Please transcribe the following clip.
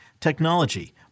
technology